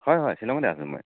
হয় হয় শ্বিলঙতে আছোঁ মই